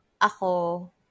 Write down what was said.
ako